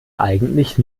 eigentlich